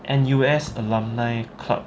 N_U_S alumni club